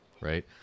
right